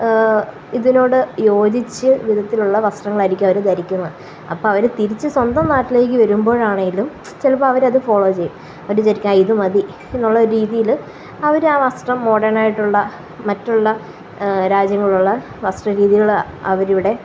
ഇതിനോട് യോജിച്ച വിധത്തിലുള്ള വസ്ത്രങ്ങളായിരിക്കും അവര് ധരിക്കുന്നത് അപ്പോള് അവര് തിരിച്ച് സ്വന്തം നാട്ടിലേക്ക് വരുമ്പോഴാണെങ്കിലും ചിലപ്പോള് അവരത് ഫോളോ ചെയ്യും ധരിക്കാന് ഇത് മതി എന്നുള്ള രീതിയില് അവര് ആ വസ്ത്രം മോഡേണായിട്ടുള്ള മറ്റുള്ള രാജ്യങ്ങളിലുള്ള വസ്ത്ര രീതികള് അവരിവിടെ